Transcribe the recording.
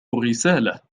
الرسالة